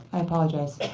i apologize.